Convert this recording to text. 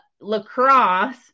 lacrosse